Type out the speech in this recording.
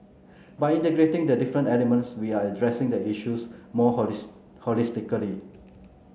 by integrating the different elements we are addressing the issues more holistically